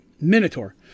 minotaur